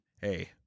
Hey